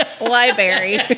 Library